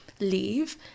leave